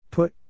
Put